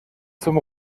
zum